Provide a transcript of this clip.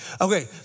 Okay